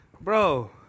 Bro